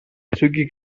zügig